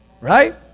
Right